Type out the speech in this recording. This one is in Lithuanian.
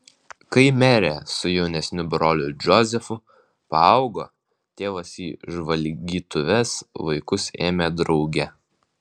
kai merė su jaunesniu broliu džozefu paaugo tėvas į žvalgytuves vaikus ėmė drauge